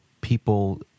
people